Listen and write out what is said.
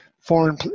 foreign